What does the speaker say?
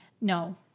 no